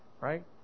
Right